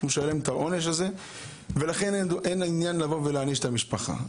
הוא משלם את העונש הזה ולכן אין עניין לבוא ולהעניש את המשפחה.